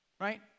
Right